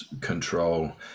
control